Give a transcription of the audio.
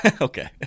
okay